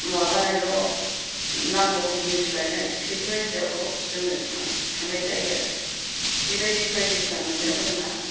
माबानायल' नांगौ जिनिस लायनाय बेफोर बायदियावल' जोङो थांनाय जायो आरो बिबायदि बायदिसिना मोननायाव जोंहा